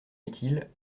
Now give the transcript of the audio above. utile